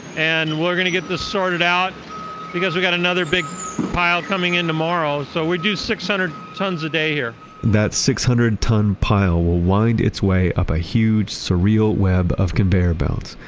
and we're going to get this sorted out because we've got another big pile coming in tomorrow. so we do six hundred tons a day here that six hundred ton pile will wind its way up a huge, surreal web of conveyor belts,